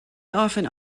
often